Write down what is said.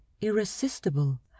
irresistible